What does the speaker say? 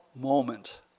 moment